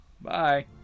Bye